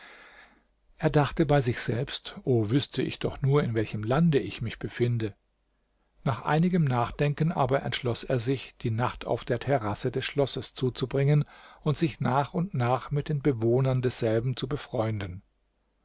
er dachte bei sich selbst o wüßte ich doch nur in welchem lande ich mich befinde nach einigem nachdenken aber entschloß er sich die nacht auf der terrasse des schlosses zuzubringen und sich nach und nach mit den bewohnern desselben zu befreunden